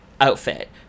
outfit